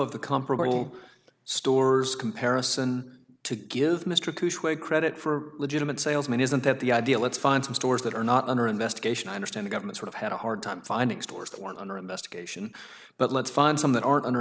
of the comparable stores comparison to give mr to a credit for legitimate salesmen isn't that the idea let's find some stores that are not under investigation i understand governments have had a hard time finding stores one under investigation but let's find some that are under